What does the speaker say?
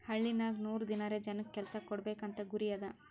ಹಳ್ಳಿನಾಗ್ ನೂರ್ ದಿನಾರೆ ಜನಕ್ ಕೆಲ್ಸಾ ಕೊಡ್ಬೇಕ್ ಅಂತ ಗುರಿ ಅದಾ